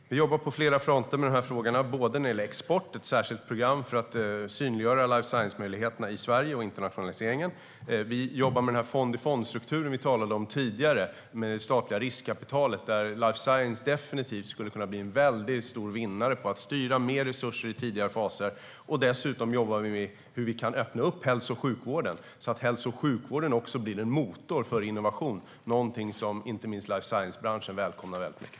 Fru talman! Vi jobbar på flera fronter med de här frågorna. När det gäller export har vi ett särskilt program för att synliggöra life science-möjligheterna i Sverige och internationaliseringen. Vi jobbar med fond-i-fond-strukturen vi talade om tidigare, med det statliga riskkapitalet, där life science definitivt skulle kunna bli en väldigt stor vinnare på att man styr mer resurser i tidigare faser. Dessutom jobbar vi med hur vi kan öppna upp hälso och sjukvården så att den också blir en motor för innovation, något som inte minst life science-branschen välkomnar väldigt mycket.